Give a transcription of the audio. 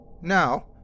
Now